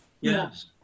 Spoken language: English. Yes